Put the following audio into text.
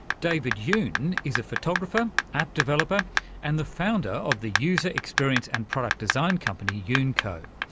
david yoon is a photographer, app developer and the founder of the user-experience and product design company yoonco.